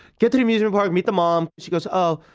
get to the amusement park, meet the mom. she goes, oh,